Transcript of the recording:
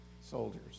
soldiers